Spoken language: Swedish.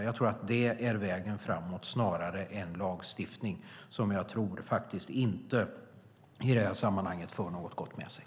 Jag tror att det är vägen framåt snarare än lagstiftning, vilket jag faktiskt inte tror för något gott med sig i detta sammanhang.